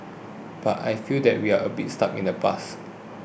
but I feel that we are a bit stuck in the past